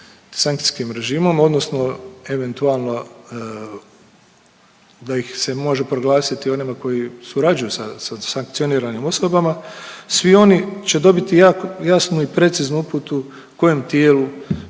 sankcijskim režimom odnosno eventualno da ih se može proglasiti onima koji surađuju sa sankcioniranim osobama, svi oni će dobiti jak, jasnu i preciznu uputu kojem tijelu